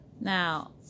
Now